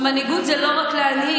עכשיו, מנהיגות זה לא רק להנהיג.